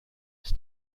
ist